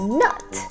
nut